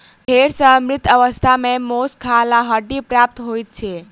भेंड़ सॅ मृत अवस्था मे मौस, खाल आ हड्डी प्राप्त होइत छै